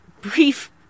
brief